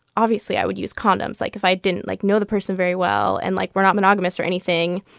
obviously, i would use condoms, like, if i didn't, like, know the person very well and, like, we're not monogamous or anything.